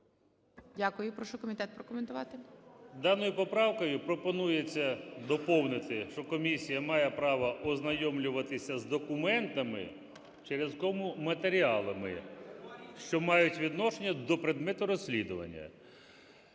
Дякую. Прошу комітет прокоментувати.